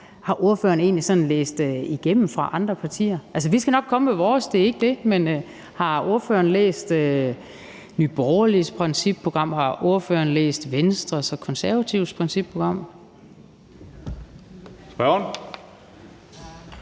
sådan egentlig læst igennem fra andre partier? Vi skal nok komme med vores, det er ikke det. Men har spørgeren læst Nye Borgerliges principprogram? Har spørgeren læst Venstres og Konservatives principprogram? Kl.